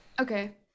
okay